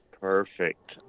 Perfect